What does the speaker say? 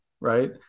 right